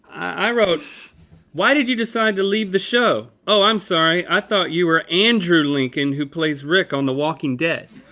i wrote why did you decide to leave the show? oh i'm sorry, i thought you were andrew lincoln, who plays rick on the walking dead.